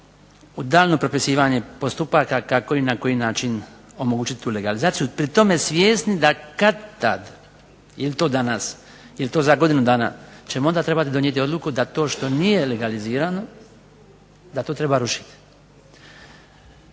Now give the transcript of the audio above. u daljnje propisivanje postupaka kako i na koji način omogućiti tu legalizaciju. Pri tome svjesni da kad tad jel to danas, jel to za godinu dana ćemo morati donijeti odluku da to što nije legalizirano da to treba rušiti.